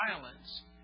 violence